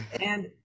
And-